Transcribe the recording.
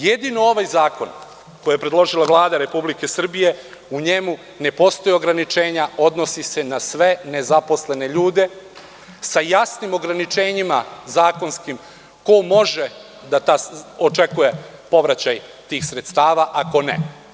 Jedino ovaj zakon, koji je predložila Vlada Republike Srbije, u njemu ne postoje ograničenja, odnosi se na sve nezaposlene ljude, sa jasnim ograničenjima zakonskim ko može da očekuje povraćaj tih sredstava, a ko ne.